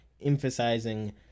emphasizing